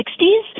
1960s